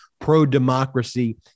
pro-democracy